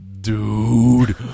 Dude